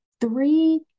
three